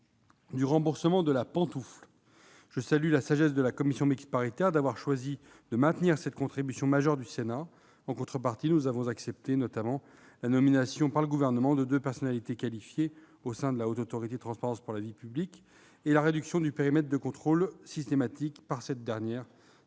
a également été entériné. Je salue la sagesse de la commission paritaire qui a choisi de maintenir cette contribution majeure du Sénat. En contrepartie, nous avons accepté, notamment, la nomination par le Gouvernement de deux personnalités qualifiées au sein de la Haute Autorité pour la transparence de la vie publique et la réduction du périmètre de contrôle systématique par cette dernière des